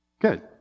Good